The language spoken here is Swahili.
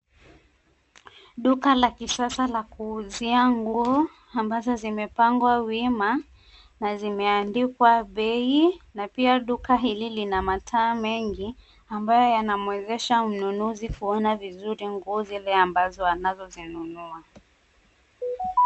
Duka la kisasa la kuuzia nguo, ambazo zimepangwa wima na zimeandikwa bei, na pia duka hili lina mataa mengi ambayo yanamuwezesha mnunuzi kuona vizuri nguo zile ambazo anazozinunua.